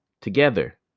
together